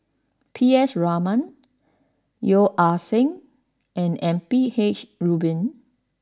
P S Raman Yeo Ah Seng and M P H Rubin